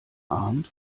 arndt